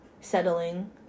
settling